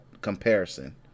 comparison